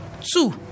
two